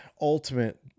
ultimate